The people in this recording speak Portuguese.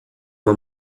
uma